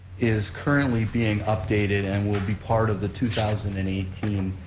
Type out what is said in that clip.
is currently being updated and will be part of the two thousand and eighteen